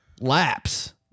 Laps